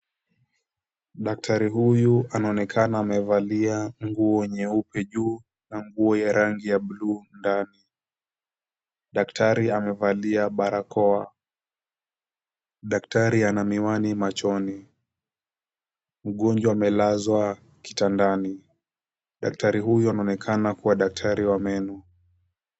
Daktari huyu anaonekana amevalia nguo nyeupe juu na nguo ya rangi ya buluu ndani. Daktari amevalia barakoa. Daktari ana miwani machoni. Mgonjwa amelazwa kitandani. Daktari huyo anaonekana kuwa daktari wa meno.